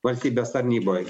valstybės tarnyboj